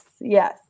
Yes